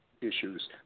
issues